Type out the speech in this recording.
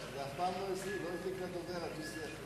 נכון, התחילו כבר שנים קודם על-ידי אולמרט,